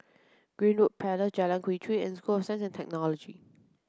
Greenwood Jalan Quee Chew and School of Science and Technology